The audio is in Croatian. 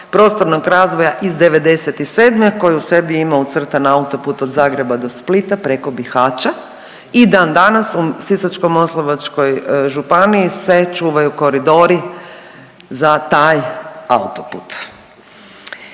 prostornog razvoja iz '97. koji u sebi ima ucrtan autoput od Zagreba do Splita preko Bihaća i dandanas u Sisačko-moslavačkoj županiji se čuvaju koridori za taj autoput.